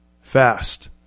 fast